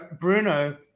Bruno